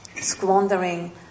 squandering